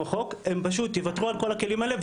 החוק והם פשוט יוותרו על כל הכלים האלה,